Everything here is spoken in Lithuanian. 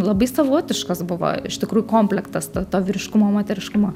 labai savotiškas buvo iš tikrųjų komplektas to vyriškumo moteriškumo